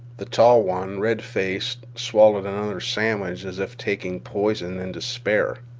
the tall one, red-faced, swallowed another sandwich as if taking poison in despair.